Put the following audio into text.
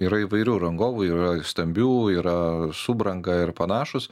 yra įvairių rangovų yra stambių yra subranga ir panašūs